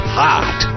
hot